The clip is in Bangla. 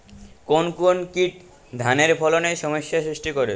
কোন কোন কীট ধানের ফলনে সমস্যা সৃষ্টি করে?